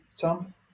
Tom